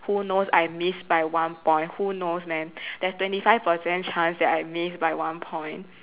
who knows I missed by one point who knows man there is twenty five percent chance that I missed by one point